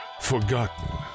Forgotten